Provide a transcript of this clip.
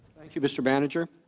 you mr. manager